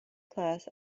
class